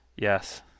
Yes